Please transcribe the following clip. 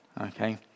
Okay